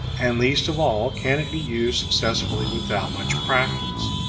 and least of all can it be used successfully without much practise,